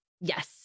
Yes